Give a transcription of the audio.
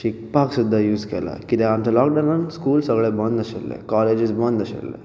शिकपाक सुद्दां यूज केला कित्याक आमच्या लॉकडावनान स्कूल सगळें बंद आशिल्लें कॉलेजीस बंद आशिल्ले